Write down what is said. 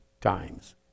times